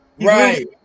right